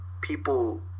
people